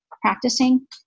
practicing